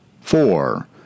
four